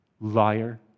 liar